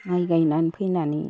माइ गायनानै फैनानै